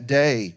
day